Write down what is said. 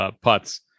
putts